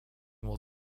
will